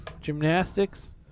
gymnastics